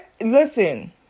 listen